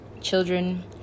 Children